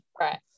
Right